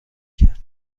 کرد